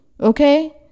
okay